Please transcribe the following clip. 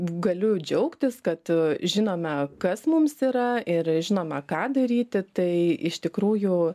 galiu džiaugtis kad žinome kas mums yra ir žinome ką daryti tai iš tikrųjų